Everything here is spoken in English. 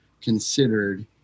considered